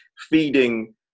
feeding